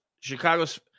Chicago's